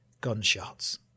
gunshots